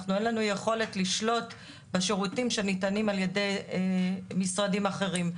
אנחנו אין לנו יכולת לשלוט בשירותים שניתנים על ידי משרדים אחרים.